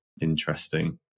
interesting